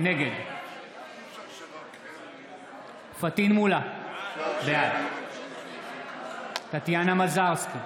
נגד פטין מולא, בעד טטיאנה מזרסקי,